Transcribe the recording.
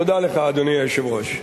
תודה לך, אדוני היושב-ראש.